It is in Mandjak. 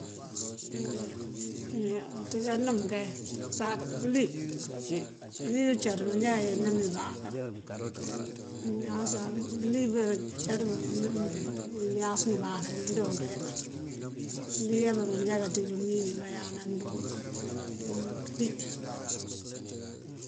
Úuyoo ţí kanëm kay sak pëlí, pëlí ducat manjá kayá inëm ibáakër, manjá sak pëlí bika cáţ bá ngëyáas ngëbáakër ngídookayá. Ndúyába manjá kaţíj umil kayanandugu ţi pëli.